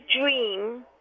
Dream